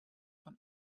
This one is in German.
von